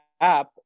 app